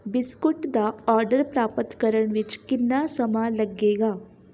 biscuit ਦਾ order ਪ੍ਰਾਪਤ ਕਰਨ ਵਿੱਚ ਕਿੰਨਾ ਸਮਾਂ ਲੱਗੇਗਾ